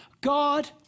God